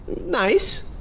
Nice